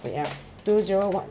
the two zero one